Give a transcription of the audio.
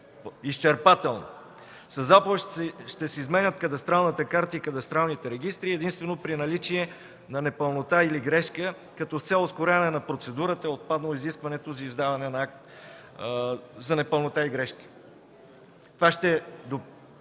Със заповед ще се изменят кадастралната карта и кадастралните регистри единствено при наличие на непълнота или грешка, като с цел ускоряване на процедурата е отпаднало изискването за издаване на акт за непълнота и грешки. Това ще допринесе